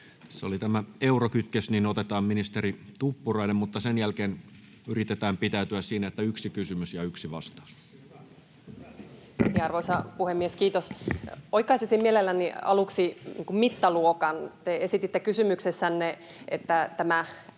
Tässä oli tämä eurokytkös, joten otetaan ministeri Tuppurainen, mutta sen jälkeen yritetään pitäytyä siinä, että yksi kysymys ja yksi vastaus. Arvoisa puhemies, kiitos! Oikaisisin mielelläni aluksi mittaluokan: kun te esititte kysymyksessänne, että tämä